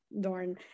Dorn